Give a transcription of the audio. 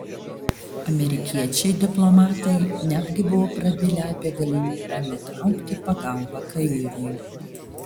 amerikiečiai diplomatai netgi buvo prabilę apie galimybę nutraukti pagalbą kairui